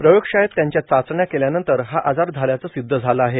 प्रयोगशाळेत त्यांच्या चाचण्या केल्यानंतर हा आजार झाल्याचं सिद्ध झालं आहे